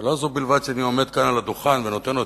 ולא זו בלבד שאני עומד כאן על הדוכן ונותן לו את